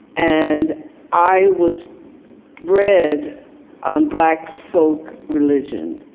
and i was bred on black folk religion.